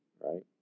Right